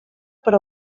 per